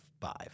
five